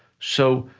so,